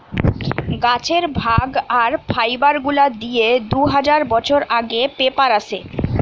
গাছের ভাগ আর ফাইবার গুলা দিয়ে দু হাজার বছর আগে পেপার আসে